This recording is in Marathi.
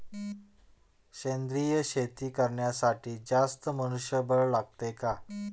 सेंद्रिय शेती करण्यासाठी जास्त मनुष्यबळ लागते का?